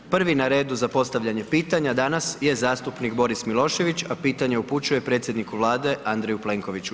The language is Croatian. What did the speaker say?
Prvi na redu za postavljanje pitanja danas je zastupnik Boris Milošević, a pitanje upućuje predsjedniku Vlade Andreju Plenkoviću.